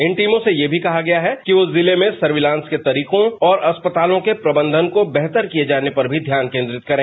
इन टीमों से यह भी कहा गया है कि वह जिले में सर्विलांस के तरीकों और अस्पतालों के प्रबंधन को बेहतर किए जाने पर भी ध्यान केंद्रित करें